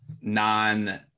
non